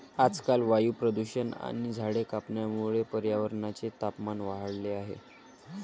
आजकाल वायू प्रदूषण आणि झाडे कापण्यामुळे पर्यावरणाचे तापमान वाढले आहे